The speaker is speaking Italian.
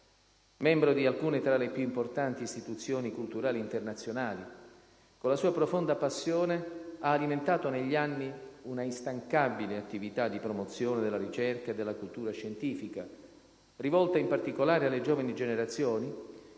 Membro di alcune tra le più importanti istituzioni culturali internazionali, con la sua profonda passione ha alimentato negli anni una instancabile attività di promozione della ricerca e della cultura scientifica, rivolta in particolare alle giovani generazioni,